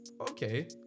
okay